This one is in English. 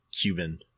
Cuban